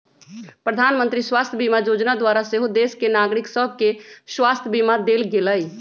प्रधानमंत्री स्वास्थ्य बीमा जोजना द्वारा सेहो देश के नागरिक सभके स्वास्थ्य बीमा देल गेलइ